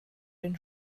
den